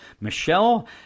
Michelle